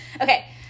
Okay